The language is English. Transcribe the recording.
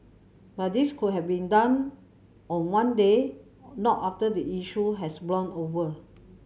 but this could have been done on one day not after the issue has blown over